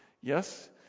Yes